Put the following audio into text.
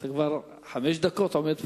אתה עומד פה